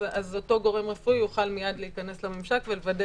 אז אותו גורם רפואי יוכל מייד להיכנס לממשק ולוודא